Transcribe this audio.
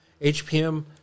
HPM